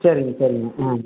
சரிங்க சரிங்க ஆ